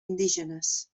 indígenes